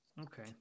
Okay